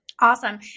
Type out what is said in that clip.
Awesome